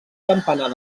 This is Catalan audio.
campanar